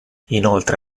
inoltre